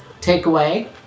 takeaway